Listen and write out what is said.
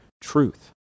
truth